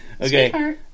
Okay